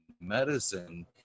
medicine